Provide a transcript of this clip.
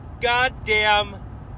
goddamn